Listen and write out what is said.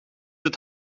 het